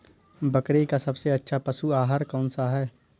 बकरी का सबसे अच्छा पशु आहार कौन सा है?